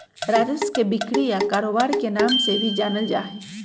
राजस्व के बिक्री या कारोबार के नाम से भी जानल जा हई